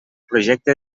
projecte